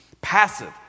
Passive